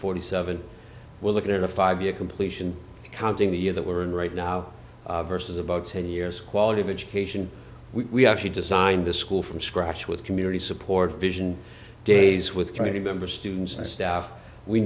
forty seven we'll look at a five year completion accounting the year that we're in right now versus about ten years quality of education we actually designed the school from scratch with community support vision days with trying to member students and staff we